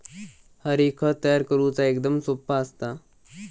हरी, खत तयार करुचा एकदम सोप्पा असता